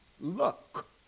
luck